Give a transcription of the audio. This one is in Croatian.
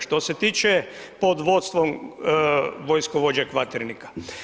Što se tiče, pod vodstvom vojskovođe Kvaternika.